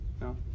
No